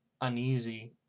uneasy